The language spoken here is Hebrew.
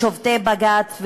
ושופטי בג"ץ,